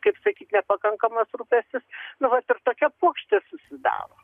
kaip sakyt nepakankamas rūpestis nu vat ir tokia puokštė susidaro